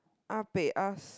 ah-peh-ah